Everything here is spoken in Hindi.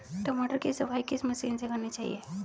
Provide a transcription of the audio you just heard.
टमाटर की सफाई किस मशीन से करनी चाहिए?